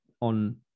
on